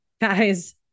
guys